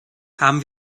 haben